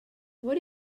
what